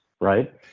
right